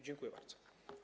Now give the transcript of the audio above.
Dziękuję bardzo.